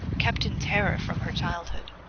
kept in terror from her childhood,